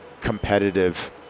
competitive